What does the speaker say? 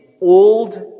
old